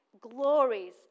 glories